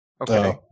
Okay